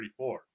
34